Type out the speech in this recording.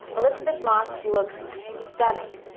elisabeth moss looks stunning,